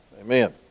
Amen